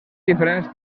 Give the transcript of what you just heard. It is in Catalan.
diferents